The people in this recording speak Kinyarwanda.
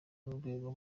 n’urwego